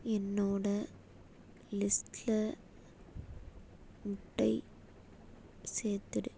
என்னோடய லிஸ்டில் முட்டை சேர்த்துவிடு